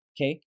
okay